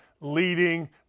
leading